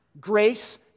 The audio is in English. Grace